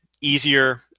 easier